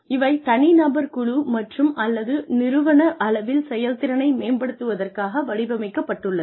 இவை தனிநபர் குழு மற்றும் அல்லது நிறுவன அளவில் செயல்திறனை மேம்படுத்துவதற்காக வடிவமைக்கப்பட்டுள்ளது